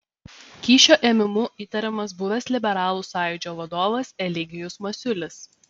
kyšio ėmimu įtariamas buvęs liberalų sąjūdžio vadovas eligijus masiulis